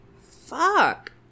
Fuck